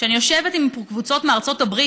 כשאני יושבת עם קבוצות מארצות הברית